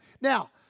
Now